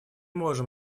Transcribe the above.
можем